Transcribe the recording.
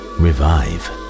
revive